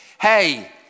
hey